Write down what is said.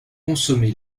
consommé